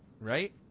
right